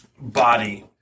Body